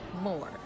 more